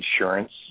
insurance